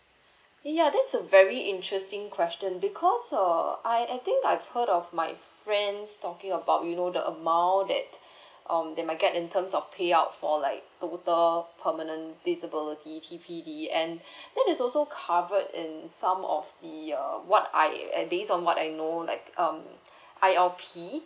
ya that's a very interesting question because uh I I think I've heard of my friends talking about you know the amount that um that might get in terms of payout for like total permanent disability T_P_D and that is also covered in some of the uh what I and based on what I know like um I_R_P